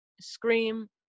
scream